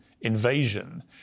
invasion